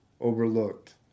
overlooked